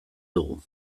dugu